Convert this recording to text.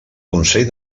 consell